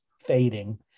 fading